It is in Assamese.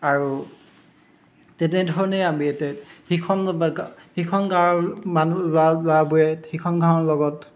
আৰু তেনেধৰণে আমি ইয়াতে সিখন সিখন গাঁৱৰ মানুহ ল'ৰা ল'ৰাবোৰে সিখন গাঁৱৰ লগত